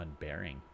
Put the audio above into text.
unbearing